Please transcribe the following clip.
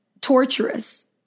torturous